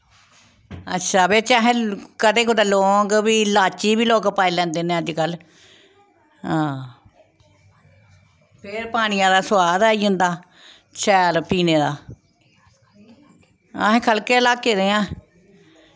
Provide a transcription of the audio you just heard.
अच्छा बिच्च असें कदैं कुतै लौंग बी लाची बी लोक पाई लैंदे नै अजकल्ल हां फिर पनियै दा स्वाद आई जंदा शैल पीने दा अस ख'ल्लके लाके दे आं